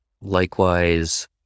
likewise